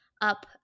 up